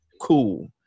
cool